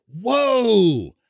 Whoa